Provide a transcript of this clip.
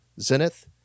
Zenith